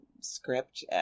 script